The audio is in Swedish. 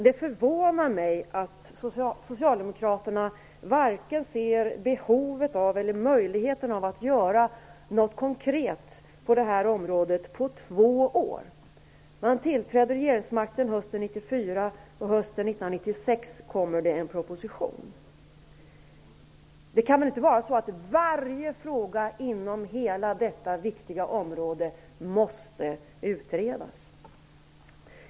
Det förvånar mig att Socialdemokraterna på två år varken har sett behovet av eller möjligheten av att göra något konkret på det här området. Man tillträdde regeringsmakten hösten 1994, och hösten 1996 kommer det en proposition. Det kan väl inte vara så att varje fråga inom hela detta viktiga område måste utredas?